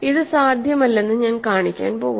ഇത് സാധ്യമല്ലെന്ന് ഞാൻ കാണിക്കാൻ പോകുന്നു